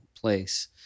place